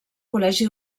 col·legi